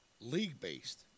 league-based